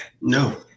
No